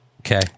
Okay